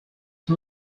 him